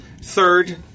Third